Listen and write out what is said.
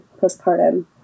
postpartum